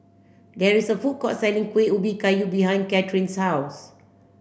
there is a food court selling Kuih Ubi Kayu behind Kathryn's house